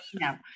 No